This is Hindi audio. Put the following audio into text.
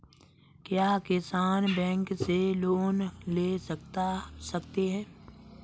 क्या किसान बैंक से लोन ले सकते हैं?